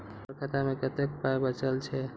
हमर खाता मे कतैक पाय बचल छै